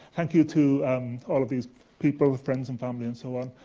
thank you to um all of these people, with friends and family and so on.